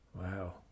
Wow